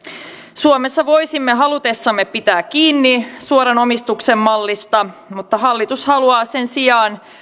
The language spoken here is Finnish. suomessa voisimme halutessamme pitää kiinni suoran omistuksen mallista mutta hallitus haluaa sen sijaan